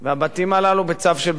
בצו של בית-המשפט העליון,